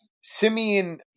Simeon